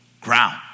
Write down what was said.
ground